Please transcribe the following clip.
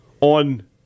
on